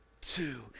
two